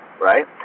right